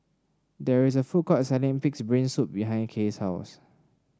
there is a food court selling pig's brain soup behind Kay's house